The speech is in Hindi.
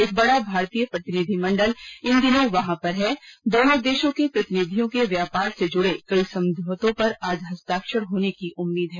एक बड़ा भारतीय प्रतिनिधिमंडल इन दिनों व्लादिवोस्तोक में हैं और दोनों देशों के प्रतिनिधियों के व्यापार से जुड़े कई समझौतों पर आज हस्ताक्षर होने की उम्मीद है